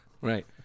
right